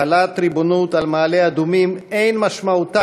החלת ריבונות על מעלה-אדומים אין משמעותה